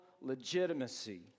legitimacy